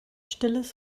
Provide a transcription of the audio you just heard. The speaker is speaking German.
stilles